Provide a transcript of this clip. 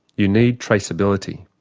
you need traceability.